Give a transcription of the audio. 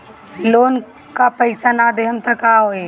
Loan का पैस न देहम त का होई?